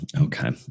Okay